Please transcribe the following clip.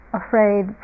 afraid